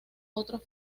otros